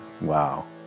Wow